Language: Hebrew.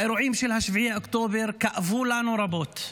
האירועים של 7 באוקטובר כאבו לנו רבות.